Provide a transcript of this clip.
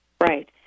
Right